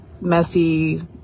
messy